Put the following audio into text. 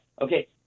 Okay